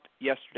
yesterday